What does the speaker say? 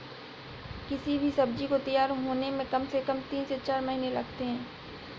किसी भी सब्जी को तैयार होने में कम से कम तीन से चार महीने लगते हैं